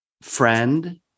friend